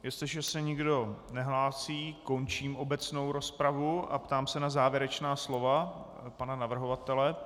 Jestliže se nikdo nehlásí, končím obecnou rozpravu a ptám se na závěrečná slova pana navrhovatele.